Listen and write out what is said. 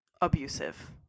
abusive